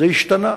זה השתנה.